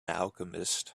alchemist